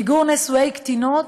מיגור נישואי קטינות,